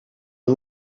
een